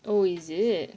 oh is it